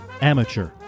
amateur